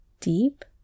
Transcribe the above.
deep